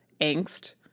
Angst